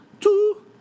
two